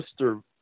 Mr